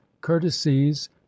courtesies